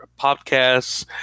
podcasts